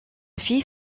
fille